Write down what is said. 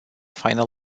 final